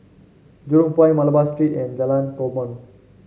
Jurong Point Malabar Street and Jalan Korban